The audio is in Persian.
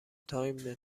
تایم